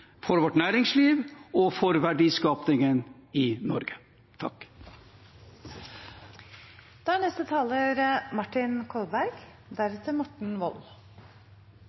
for vårt næringsliv og for verdiskapingen i